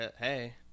Hey